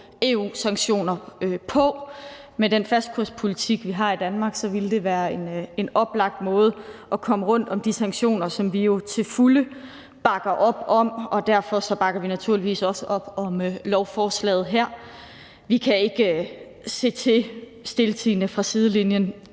EU-sanktioner på. Med den fastkurspolitik, vi har i Danmark, ville det være en oplagt måde at komme rundt om de sanktioner, som vi jo til fulde bakker op om, på, og derfor bakker vi naturligvis også op om lovforslaget her. Vi kan ikke stiltiende se til fra sidelinjen